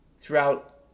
throughout